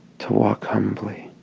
to walk humbly